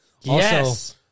Yes